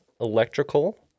Electrical